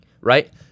right